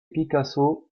picasso